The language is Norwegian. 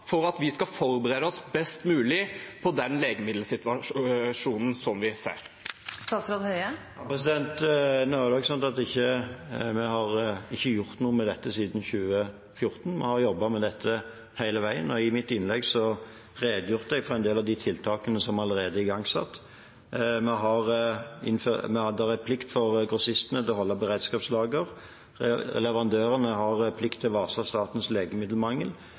forberede oss best mulig på den legemiddelsituasjonen vi ser? Det er ikke slik at vi ikke har gjort noe med dette siden 2014. Vi har jobbet med dette hele veien. I mitt innlegg redegjorde jeg for en del av de tiltakene som allerede er igangsatt. Det er plikt for grossistene til å holde beredskapslager. Leverandørene har plikt til å varsle Statens